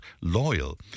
Loyal